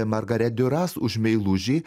margaret diuras už meilužį